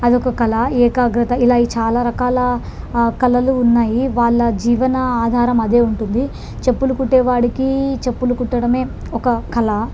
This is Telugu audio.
అదొక కళ ఏకాగ్రత ఇలా ఈ చాలా రకాల కళలు ఉన్నాయి వాళ్ళ జీవన ఆధారం అదే ఉంటుంది చెప్పులు కుట్టేవాడికి చెప్పులు కుట్టడమే ఒక కళ